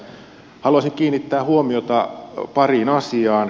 haluaisin kiinnittää huomiota pariin asiaan